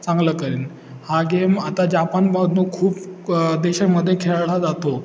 चांगलं करेन हा गेम आता जापानमधून खूप देशामध्ये खेळला जातो